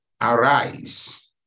arise